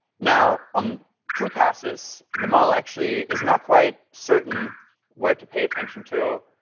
now, on two passes, the model actually is not quite certain where to pay attention to.